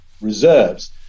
reserves